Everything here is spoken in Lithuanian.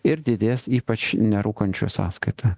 ir didės ypač nerūkančių sąskaita